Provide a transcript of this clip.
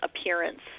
appearance